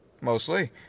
Mostly